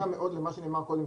הזמן,